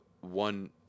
one